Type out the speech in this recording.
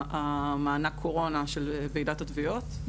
מענק קורונה של ועידת התביעות,